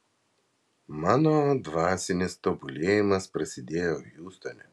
mano dvasinis tobulėjimas prasidėjo hjustone